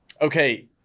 Okay